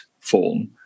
form